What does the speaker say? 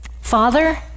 Father